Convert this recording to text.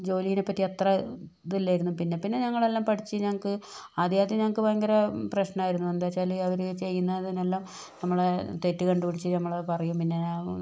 ജോലീനെപ്പറ്റി അത്ര ഇതില്ലായിരുന്നു പിന്നെ പിന്നെ ഞങ്ങളെല്ലാം പഠിച്ചു ഞങ്ങൾക്ക് ആദ്യമാദ്യം ഞങ്ങൾക്ക് ഭയങ്കര പ്രശ്നമായിരുന്നു എന്താണെന്നുവെച്ചാല് അവര് ചെയ്യുന്നതിനെല്ലാം നമ്മളെ തെറ്റ് കണ്ടുപിടിച്ചു നമ്മളെ പറയും പിന്നെ